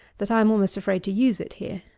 that i am almost afraid to use it here.